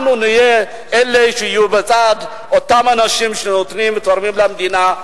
אנחנו נהיה אלה שיהיו בצד אותם אנשים שנותנים ותורמים למדינה,